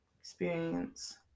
experience